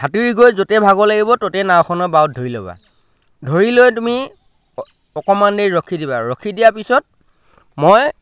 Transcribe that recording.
সাঁতুৰি গৈ য'তে ভাগ লাগিব ত'তে নাওখনৰ বাৱত ধৰি ল'বা ধৰি লৈ তুমি অকণমান দেৰি ৰখি দিবা ৰখি দিয়া পিছত মই